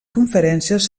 conferències